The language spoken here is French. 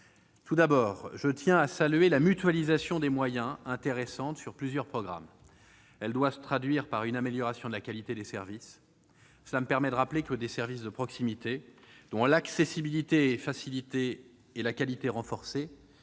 Tout d'abord, je tiens à saluer l'intéressante mutualisation des moyens opérée sur plusieurs programmes. Elle doit se traduire par une amélioration de la qualité des services. J'en profite pour répéter que des services de proximité dont l'accessibilité est facilitée et la qualité renforcée